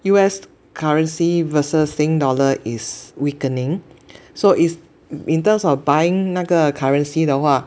U_S currency versus Sing dollar is weakening so is in terms of buying 那个 currency 的话